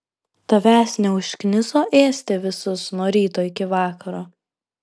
tavęs neužkniso ėsti visus nuo ryto iki vakaro